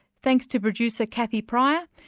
thanks to producer, cathy pryor,